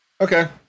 Okay